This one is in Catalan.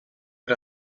per